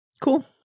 Cool